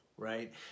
right